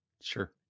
Sure